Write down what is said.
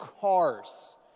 cars